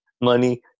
Money